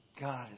God